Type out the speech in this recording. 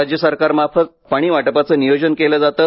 राज्य सरकारमार्फत पाणीवाटपाचे नियोजन केले जाते